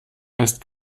heißt